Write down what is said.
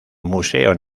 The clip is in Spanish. museo